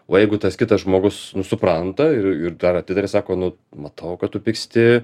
o jeigu tas kitas žmogus supranta ir dar atitaria sako nu matau kad tu pyksti